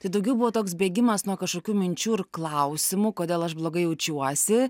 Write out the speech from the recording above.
tai daugiau buvo toks bėgimas nuo kažkokių minčių ir klausimų kodėl aš blogai jaučiuosi